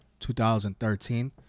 2013